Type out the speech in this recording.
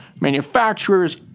manufacturers